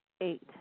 Eight